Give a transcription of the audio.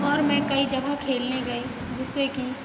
और मैं कई जगह खेलने गई जिससे की